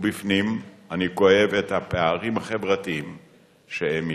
ובפנים אני כואב את הפערים החברתיים שהעמיקו.